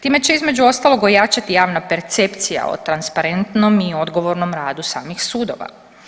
Time će između ostaloga ojačati javna percepcija o transparentnom i odgovornom radu samih sudova.